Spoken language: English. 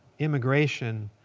immigration,